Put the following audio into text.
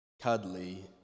cuddly